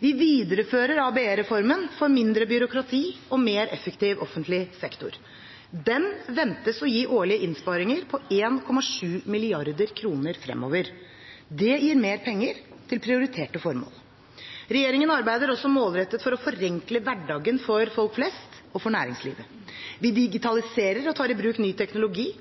Vi viderefører ABE-reformen for mindre byråkrati og mer effektiv offentlig sektor. Den ventes å gi årlige innsparinger på 1,7 mrd. kr fremover. Det gir mer penger til prioriterte formål. Regjeringen arbeider også målrettet for å forenkle hverdagen for folk flest og for næringslivet. Vi digitaliserer og tar i bruk ny teknologi,